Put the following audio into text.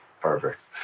Perfect